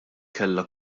kellha